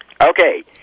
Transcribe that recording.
Okay